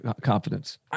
confidence